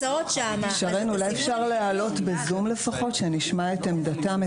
אולי אפשר להעלות בזום לפחות שנשמע את עמדתם,